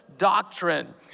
doctrine